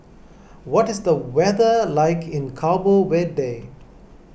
what is the weather like in Cabo Verde